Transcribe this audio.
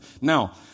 Now